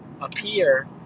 appear